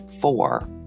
four